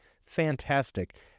fantastic